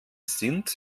sind